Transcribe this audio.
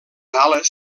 ales